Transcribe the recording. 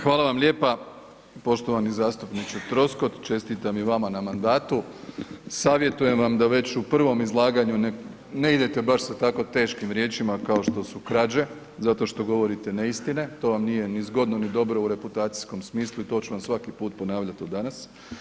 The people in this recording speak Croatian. Hvala vam lijepa poštovani zastupniče Troskot, čestitam i vama na mandatu, savjetujem vam da već u prvom izlaganju ne idete baš sa tako teškim riječima kao što su krađe, zato što govorite neistine, to vam nije ni zgodno ni dobro u reputacijskom smislu i to ću vam svaki put ponavljat od danas.